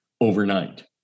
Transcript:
overnight